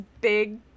big